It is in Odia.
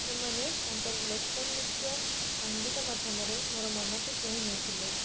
ସେମାନେ ତାଙ୍କର ଲୋକନୃତ୍ୟ ଓ ସଂଗୀତ ମାଧ୍ୟମରେ ମୋ ମନକୁ କିଣି ନେଇଥିଲେ